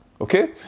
okay